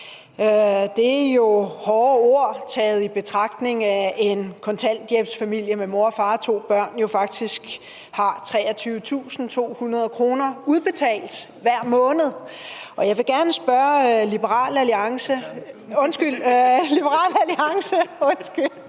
Det er jo hårde ord, når man tager i betragtning, at en kontanthjælpsfamilie med mor og far og to børn faktisk har 23.200 kr. udbetalt hver måned. Jeg vil gerne spørge Liberal Alliance, nej, undskyld,